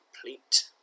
complete